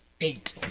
Eight